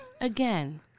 Again